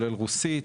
רוסית,